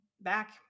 back